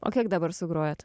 o kiek dabar sugrojat